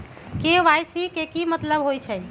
KYC के कि मतलब होइछइ?